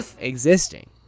existing